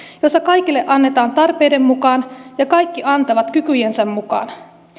jossa kaikille annetaan tarpeiden mukaan ja kaikki antavat kykyjensä mukaan